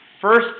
first